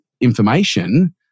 information